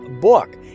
book